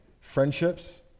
friendships